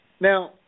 Now